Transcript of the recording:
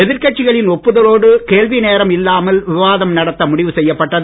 எதிர்கட்சிகளின் ஒப்புதலோடு கேள்வி நேரம் இல்லாமல் விவாதம் நடத்த முடிவு செய்யப்பட்டது